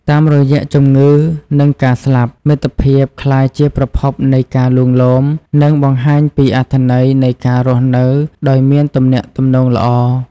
តាមរយៈជំងឺ និងការស្លាប់ មិត្តភាពក្លាយជាប្រភពនៃការលួងលោម និងបង្ហាញពីអត្ថន័យនៃការរស់នៅដោយមានទំនាក់ទំនងល្អ។